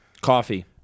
Coffee